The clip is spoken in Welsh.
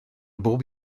bob